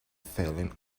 fallen